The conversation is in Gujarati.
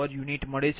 uમળે છે